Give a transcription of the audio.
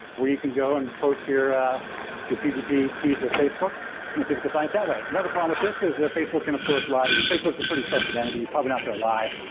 where you can go and post your ah your pgp key to facebook and people can find it that way. another problem with this is that facebook and of course lie to you. facebook's a pretty trusted entity, probably not going to lie.